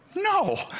no